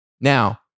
Now